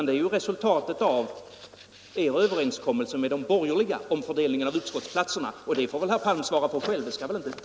Det är ett resultat av er överenskommelse med de borgerliga om fördelningen av utskottsplatserna. Det förhållandet får alltså herr Palm själv svara för.